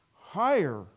higher